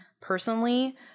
personally